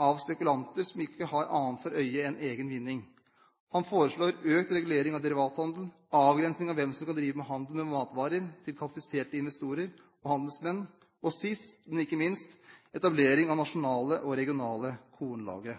av spekulanter som ikke har annet for øye enn egen vinning. Han foreslår økt regulering av derivathandelen, avgrensning av hvem som kan drive med handel av matvarer, til kvalifiserte investorer og handelsmenn og sist, men ikke minst, etablering av nasjonale og regionale kornlagre.